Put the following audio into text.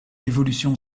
évolution